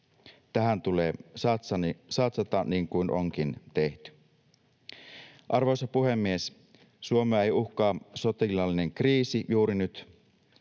Tähän tulee satsata, niin kuin onkin tehty. Arvoisa puhemies! Suomea ei uhkaa sotilaallinen kriisi juuri nyt,